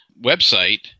website